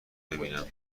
ببینم